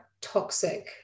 toxic